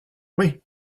oui